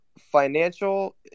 financial